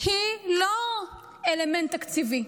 היא לא אלמנט תקציבי.